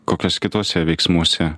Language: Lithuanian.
kokiuos kituose veiksmuose